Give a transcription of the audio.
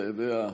אתה יודע,